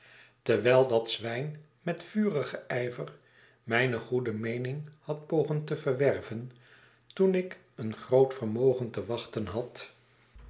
terwijl dat zwijn met vurigen ijver mijne goede meening had pogen teverwerven toon ik een groot vermogen te wachten had